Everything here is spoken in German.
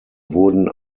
wurden